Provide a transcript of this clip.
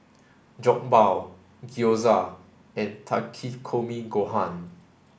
Jokbal Gyoza and Takikomi Gohan